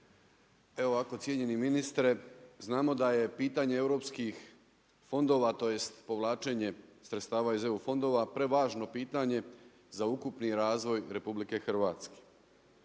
Evo ovako cijenjeni ministre, znamo da je pitanje europskih fondova, tj. povlačenje sredstava iz EU fondova prevažno pitanje za ukupni razvoj RH.